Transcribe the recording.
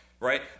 right